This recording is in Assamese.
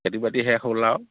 খেতি বাতি শেষ হ'ল আৰু